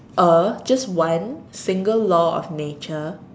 a just one single law of nature